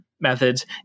methods